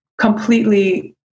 completely